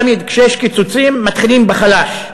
תמיד כשיש קיצוצים, מתחילים בחלש.